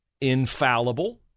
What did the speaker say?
infallible